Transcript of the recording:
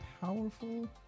powerful